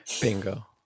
Bingo